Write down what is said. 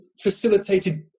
facilitated